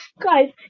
guys